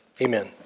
Amen